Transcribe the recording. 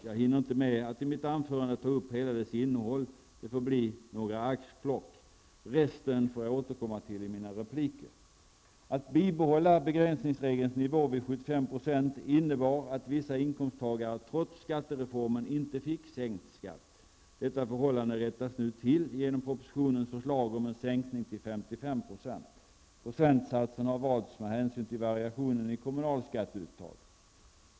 Jag hinner inte beröra hela dess innehåll i det här anförandet. Det får därför bli några axplock. Resten får jag återkomma till i mina repliker. 75 % innebar att vissa inkomsttagare trots skattereformen inte fick sänkt skatt. Detta rättas nu till genom propositionens förslag om en sänkning till 55 %. Procentsatsen har valts med hänsyn till variationen i kommunalskatteuttag.